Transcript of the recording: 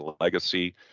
legacy